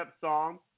song